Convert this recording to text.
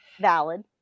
Valid